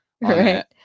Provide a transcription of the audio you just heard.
Right